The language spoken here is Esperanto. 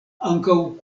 ankaŭ